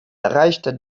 erreichte